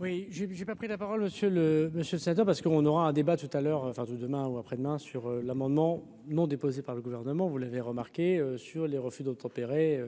Oui, j'ai j'ai pas pris la parole monsieur le monsieur le sénateur, parce qu'on aura un débat tout à l'heure, enfin tout demain ou après-demain sur l'amendement non déposé par le gouvernement, vous l'avez remarqué sur les refus d'obtempérer.